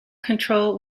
control